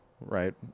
right